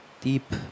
deep